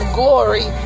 glory